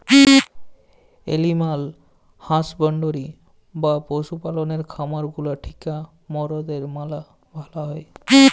animal husbandry বা পশু পাললের খামার গুলা থিক্যা মরদের ম্যালা ভালা হ্যয়